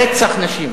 רצח נשים.